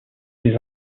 les